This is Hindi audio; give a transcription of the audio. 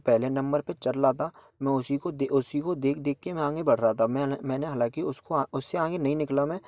जो पहले नंबर पर चल रहा था मैं उसी को दे उसी को देख देख कर मैं आगे बढ़ रहा था मैंने हालांकि उसको उससे आगे नहीं निकला मैं